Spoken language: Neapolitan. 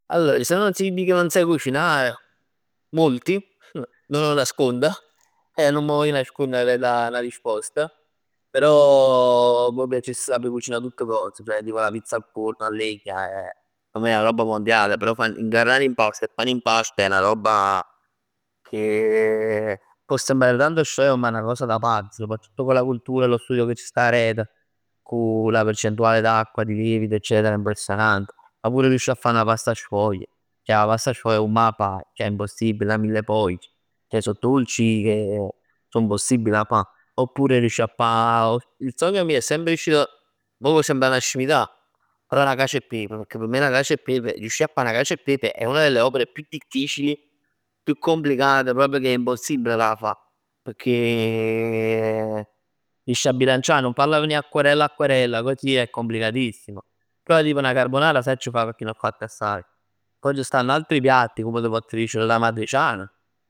Allor, ci sono cibi che non sai cucinare? Molti non lo nascondo e nun m' vogl nascondere aret 'a 'na rispost, però m' piacess cucinà tutt cos. Ceh tipo la pizza al forno a legna è, p' me è 'na roba mondiale, però 'a ngarrà l'impasto e fà l'impasto è 'na roba che può sembrare tano scema, ma è 'na cosa da pazzi. Soprattutto con la cultura e lo studio che ci sta aret, cu la percentuale di acqua, di lievito, eccetera impressionante. Ma pur' riuscì 'a fa 'na pasta sfoglia, ceh 'a pasta sfoglia comm 'a faj? Ceh è impossibile. 'A mille foglie. Ceh so dolci che è impossibile 'a fa. Oppure riuscì 'a fa. Il sogno mio è sempre riuscito, mò può sembra' 'na scimità, però la cacio e pepe. Pecchè p' me la cacio e pepe, riuscì 'a fa 'na cacio e pepe è una delle opere più difficili, più complicate, proprj che è impossibil 'a dà fa. Pecchè riuscì 'a bilancià, nun fall venì acquarella acquarella, poj sì è complicatissimo. Però tipo 'na carbonara 'a sacc fa, pecchè ne ho fatte assaj. Poj c' stann altri piatti, comm t' poss dicere l'amatriciana